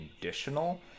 Conditional